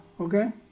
okay